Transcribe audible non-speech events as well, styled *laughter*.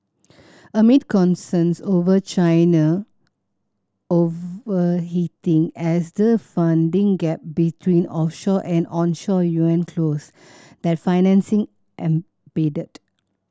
amid concerns over China overheating as the funding gap between offshore and onshore yuan closed that financing *unintelligible*